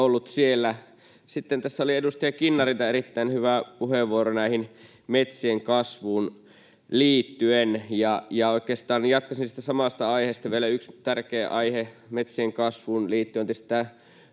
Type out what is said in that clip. tässä oli edustaja Kinnarilta erittäin hyvä puheenvuoro metsien kasvuun liittyen, ja oikeastaan jatkaisin siitä samasta aiheesta. Vielä yksi tärkeä aihe metsien kasvuun liittyen